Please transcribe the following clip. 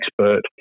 expert